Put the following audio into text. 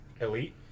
elite